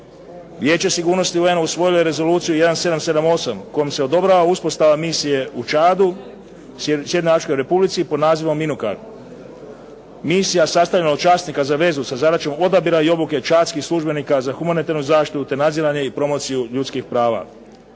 Vijeće sigurnosti UN-a usvojilo je Rezoluciju 1778 kojom se odobrava uspostava misije u Čadu Sjeverno Afričkoj Republici pod nazivom …/Govornik se ne razumije./… Misija sastavljena od časnika za vezu sa zadaćom odabira i obuke časnih službenika za humanitarnu zaštitu te nadziranje i promociju ljudskih prava.